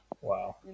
wow